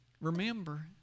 Remember